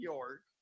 York